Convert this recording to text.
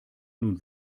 nun